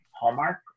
Hallmark